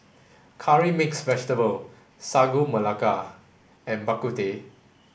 curry mixed vegetable Sagu Melaka and Bak Kut Teh